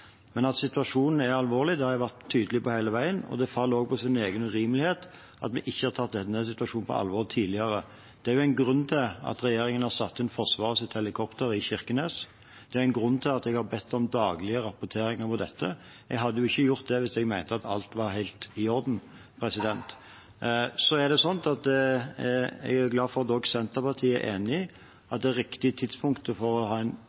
Men at situasjonen er alvorlig, har jeg vært tydelig på hele veien. Det faller også på sin egen urimelighet at vi ikke har tatt denne situasjonen på alvor tidligere. Det er en grunn til at regjeringen har satt inn Forsvarets helikoptre i Kirkenes, og det er en grunn til at jeg har bedt om daglige rapporteringer om dette. Jeg hadde ikke gjort det hvis jeg mente at alt var helt i orden. Jeg er glad for at også Senterpartiet er enig i at det er riktig tidspunkt for å ha en